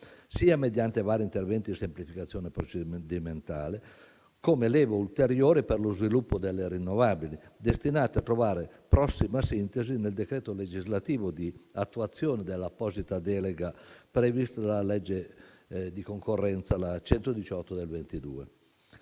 sia mediante vari interventi di semplificazione procedimentale come leva ulteriore per lo sviluppo delle rinnovabili, destinate a trovare prossima sintesi nel decreto legislativo di attuazione dell'apposita delega prevista dalla legge di concorrenza, la legge n.